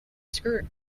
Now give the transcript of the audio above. skirt